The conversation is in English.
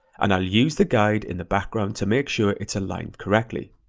and i'll use the guide in the background to make sure it's aligned correctly.